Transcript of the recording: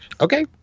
Okay